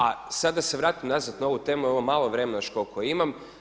A sad da se vratim nazad na ovu temu ovo malo vremena još koliko imam.